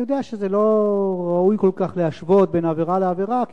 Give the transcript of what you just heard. אני יודע שזה לא ראוי כל כך להשוות בין עבירה לעבירה,